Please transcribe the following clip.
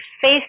face